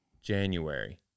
January